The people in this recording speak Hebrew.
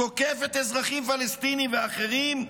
תוקפת אזרחים פלסטינים ואחרים,